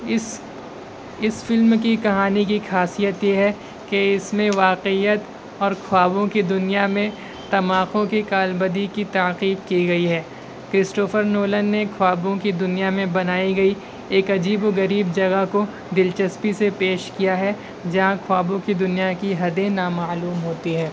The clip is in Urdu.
اس اس فلم کی کہانی کی خاصیت یہ ہے کہ اس میں واقعیت اور خوابوں کی دنیا میں کی کی تحقیق کی گئی ہے کرسٹوفر نولن نے خوابوں کی دنیا میں بنائی گئی ایک عجیب و غریب جگہ کو دلچسپی سے پیش کیا ہے جہاں خوابوں کی دنیا کی حدیں نامعلوم ہوتی ہیں